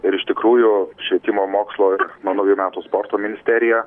ir iš tikrųjų švietimo mokslo ir nuo naujų metų sporto ministerija